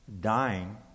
dying